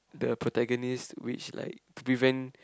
the protagonist which like to prevent